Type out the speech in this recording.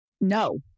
No